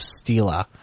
Stila